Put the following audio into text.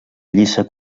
lliça